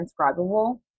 transcribable